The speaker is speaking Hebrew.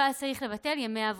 הוא היה צריך לבטל ימי עבודה.